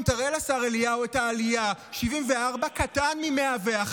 סימון, תראה לשר אליהו את העלייה, 74 קטן מ-101,